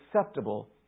acceptable